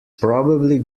probably